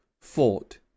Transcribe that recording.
fought